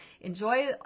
enjoy